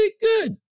good